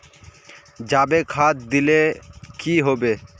जाबे खाद दिले की होबे?